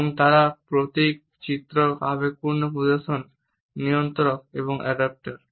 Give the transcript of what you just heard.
এবং তারা প্রতীক চিত্রক আবেগপূর্ণ প্রদর্শন নিয়ন্ত্রক এবং অ্যাডাপ্টর